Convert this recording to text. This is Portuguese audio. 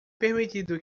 permitido